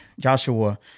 Joshua